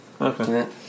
Okay